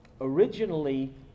Originally